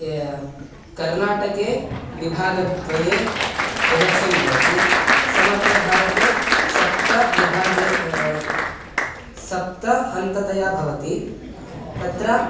कर्नाटके विभागद्वये एलेक्शन् भवति समग्रभारते सप्तविभागे सप्तहान्ततया भवति तत्र